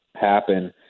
happen